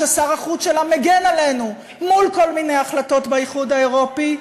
ששר החוץ שלה מגן עלינו מול כל מיני החלטות באיחוד האירופי,